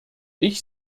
ich